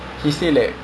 ya